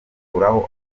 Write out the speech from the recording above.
akuraho